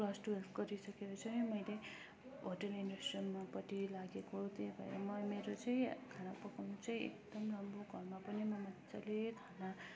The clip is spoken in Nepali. क्लास टुवेल्भ गरिसकेर चाहिँ मैले होटेल इन्डस्ट्रीमापट्टि लागेको त्यही भएर मेरो चाहिँ खाना पकाउनु चाहिँ एकदम राम्रो घरमा पनि म मजाले